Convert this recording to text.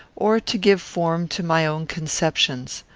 or to give form to my own conceptions.